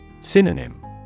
Synonym